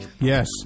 Yes